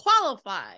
qualified